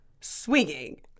swinging